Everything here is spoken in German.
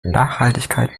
nachhaltigkeit